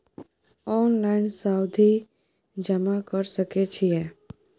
Online सावधि जमा कर सके छिये?